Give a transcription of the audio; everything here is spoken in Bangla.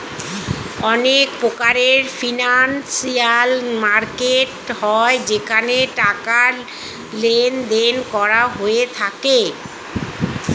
অনেক প্রকারের ফিনান্সিয়াল মার্কেট হয় যেখানে টাকার লেনদেন করা হয়ে থাকে